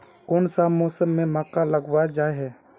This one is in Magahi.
कोन सा मौसम में मक्का लगावल जाय है?